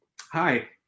Hi